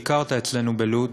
ביקרת אצלנו בלוד,